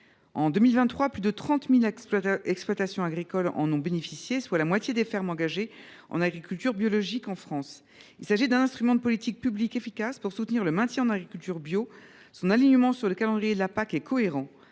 En 2023, plus de 30 000 exploitations agricoles en ont bénéficié, soit la moitié des fermes engagées en agriculture biologique en France. Il s’agit d’un instrument de politique publique efficace pour soutenir le maintien en agriculture biologique. Son alignement sur le calendrier de la PAC est cohérent.